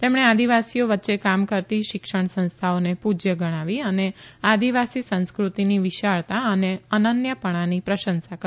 તેમણે આદિવાસીઓ વચ્ચે કામ કરતી શિક્ષણ સંસ્થાઓને પૂજ્ય ગણાવી અને આદિવાસી સંસ્કૃતિની વિશાળતા અને અન્નન્યપણાની પ્રશંસા કરી